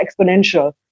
exponential